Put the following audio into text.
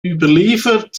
überliefert